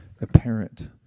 apparent